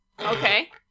Okay